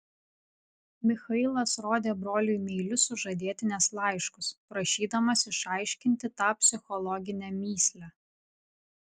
michailas rodė broliui meilius sužadėtinės laiškus prašydamas išaiškinti tą psichologinę mįslę